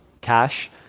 cash